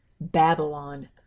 Babylon